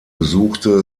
besuchte